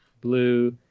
blue